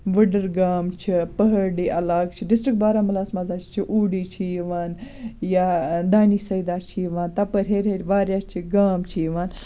وُڈٕر گام چھِ پہٲڑی عَلاقہٕ چھِ ڈِسٹرک بارامُلاہَس مَنٛز حظ چھِ اوٗڑی چھِ یِوان یا دانی سیدہ چھِ یِوان تَپٲرۍ ہیٚرِ ہیٚرِ واریاہ چھِ گام چھِ یِوان